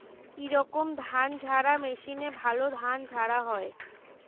কি রকম ধানঝাড়া মেশিনে ভালো ধান ঝাড়া হয়?